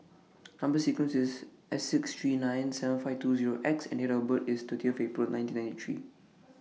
Number sequence IS S six three nine and seven five two Zero X and Date of birth IS thirtieth April nineteen ninety three